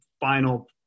final